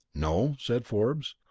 no, said forbes,